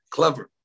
Clever